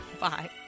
bye